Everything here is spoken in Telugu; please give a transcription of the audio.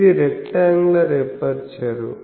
ఇది రెక్టాంగ్యులర్ ఎపర్చరు